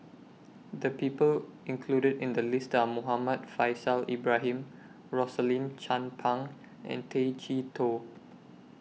The People included in The list Are Muhammad Faishal Ibrahim Rosaline Chan Pang and Tay Chee Toh